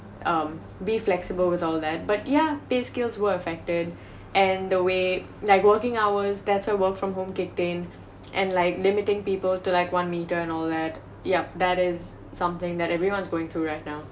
um be flexible with our lead but ya pay skills were affected and the way like the working hours that's a work from home getting and like limiting people to like one meter and or that yup that is something that everyone's going through right now